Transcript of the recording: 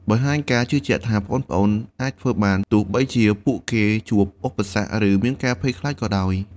បង្ហាញការជឿជាក់ថាប្អូនៗអាចធ្វើបាន ទោះបីជាពួកគេជួបឧបសគ្គ ឬមានការភ័យខ្លាចក៏ដោយ។